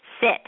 sit